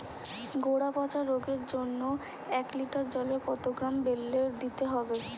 গোড়া পচা রোগের জন্য এক লিটার জলে কত গ্রাম বেল্লের দিতে হবে?